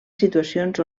situacions